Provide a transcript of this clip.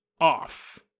off